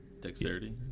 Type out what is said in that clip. dexterity